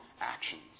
actions